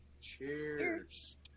Cheers